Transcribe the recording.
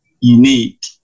unique